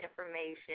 information